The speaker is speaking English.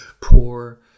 poor